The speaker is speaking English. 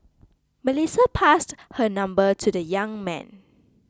Melissa passed her number to the young man